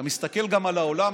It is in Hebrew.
אתה מסתכל על העולם,